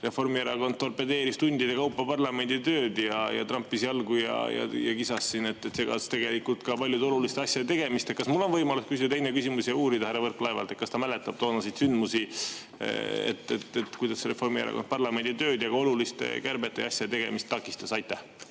Reformierakond torpedeeris tundide kaupa parlamendi tööd, trampis jalgu ja kisas siin. See segas tegelikult ka paljude oluliste asjade tegemist. Kas mul on võimalus küsida teine küsimus ja uurida härra Võrklaevalt, kas ta mäletab toonaseid sündmusi, kuidas Reformierakond parlamendi tööd ja ka oluliste kärbete ja asjade tegemist takistas? Aitäh!